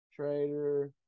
Trader